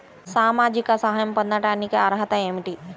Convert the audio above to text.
సామాజిక సహాయం పొందటానికి అర్హత ఏమిటి?